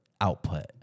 output